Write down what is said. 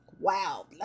wow